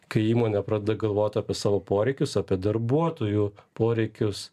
kai įmonė pradeda galvot apie savo poreikius apie darbuotojų poreikius